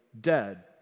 dead